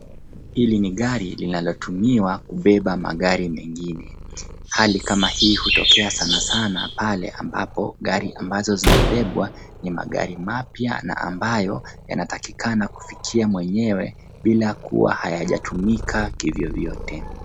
Hili ni gari linalotumika kubeba magari mengine, hali kama hii hutokea sana sana pale ambayo gari ambazo zinayobebwa ni magari mapya na ambayo yanatakikana kufikia mwenyewe bila kuwa hayajatumika kivyovyote.